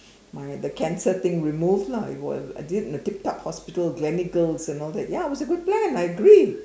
my the cancer thing removed lah it was I did it in a tip top hospital Gleneagles and all that ya it's a good plan I agree